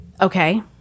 Okay